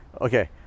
Okay